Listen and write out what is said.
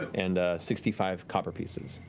and sixty five copper pieces.